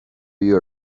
you